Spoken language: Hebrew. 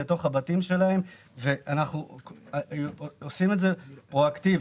אנחנו עושים את זה פרואקטיבי,